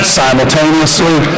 simultaneously